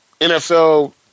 NFL